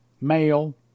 male